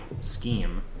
scheme